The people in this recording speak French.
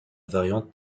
variante